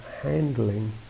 handling